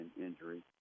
injury